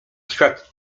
świat